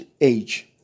age